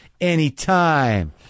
Anytime